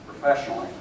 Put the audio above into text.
professionally